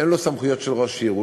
אין לו סמכויות של ראש עיר.